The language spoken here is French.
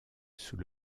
sous